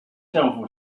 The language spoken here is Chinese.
政府